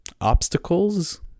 obstacles